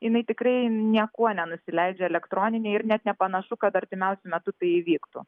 jinai tikrai niekuo nenusileidžia elektroniniai ir net nepanašu kad artimiausiu metu tai įvyktų